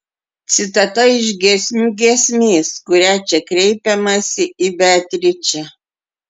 citata iš giesmių giesmės kuria čia kreipiamasi į beatričę